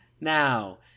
now